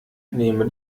neme